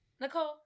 Nicole